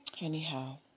Anyhow